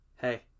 Hey